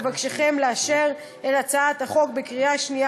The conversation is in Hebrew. אבקשכם לאשר את הצעת החוק בקריאה שנייה